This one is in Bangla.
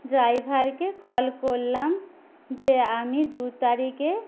ড্রাইভারকে কল করলাম যে আমি দু তারিখে